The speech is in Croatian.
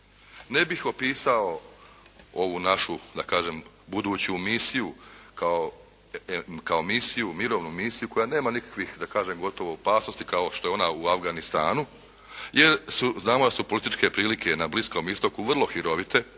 Ne bih opisao ovu našu da kažem buduću misiju kao misiju, mirovnu misiju koja nema nikakvih da kažem gotovo opasnosti kao što je ona u Afganistanu, jer znamo da su političke prilike na Bliskom istoku vrlo hirovite